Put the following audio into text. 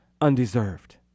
undeserved